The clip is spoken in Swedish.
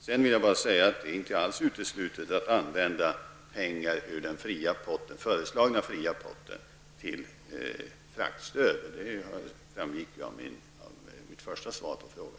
Jag vill även säga att det inte alls är uteslutet att använda pengar ur den föreslagna fria potten till fraktstöd. Det framgick av mitt första svar på frågan.